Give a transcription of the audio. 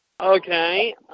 Okay